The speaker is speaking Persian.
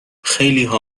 خیلیها